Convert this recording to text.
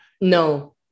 No